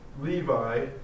Levi